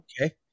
Okay